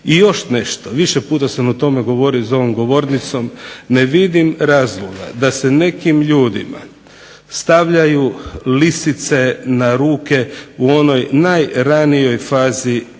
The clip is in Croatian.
I još nešto više puta sam o tome govorio za ovom govornicom ne vidim razloga da se nekim ljudima stavljaju lisice na ruke u onoj najranijoj fazi